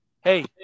Hey